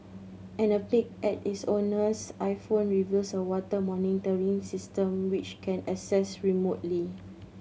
and a peek at its owner's iPhone reveals a water monitoring system which can accessed remotely